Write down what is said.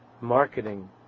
marketing